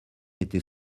était